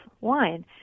wine